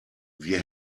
wir